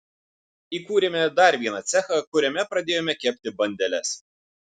įkūrėme dar vieną cechą kuriame pradėjome kepti bandeles